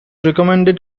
recommended